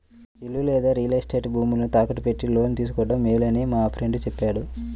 ఇల్లు లేదా real estate భూములను తాకట్టు పెట్టి లోను తీసుకోడం మేలని మా ఫ్రెండు చెప్పాడు